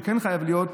שכן חייב להיות,